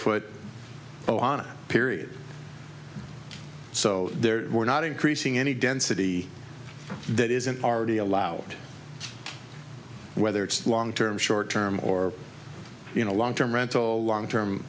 foot on it period so there were not increasing any density that isn't already allowed whether it's long term short term or you know long term rental long term